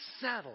settle